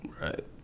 Right